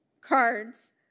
cards